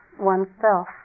oneself